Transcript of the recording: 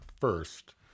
first